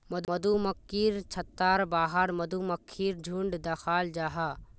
मधुमक्खिर छत्तार बाहर मधुमक्खीर झुण्ड दखाल जाहा